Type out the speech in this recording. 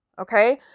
Okay